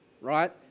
right